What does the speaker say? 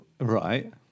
Right